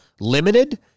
limited